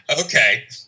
Okay